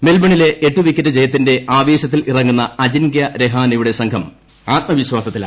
മെൽബണിലെ എട്ട് വിക്കറ്റ് ജയത്തിന്റെ ആവേശത്തിലിറങ്ങുന്ന അജിൻക്യ രഹാനെയുടെ ഇന്ത്യൻ സംഘം ആത്മവിശ്വാസത്തിലാണ്